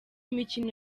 mikino